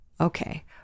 okay